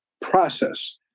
process